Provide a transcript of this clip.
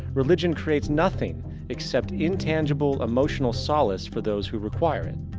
religion creates nothing except intangible emotional solace for those who require it.